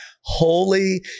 holy